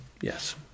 Yes